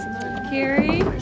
Carrie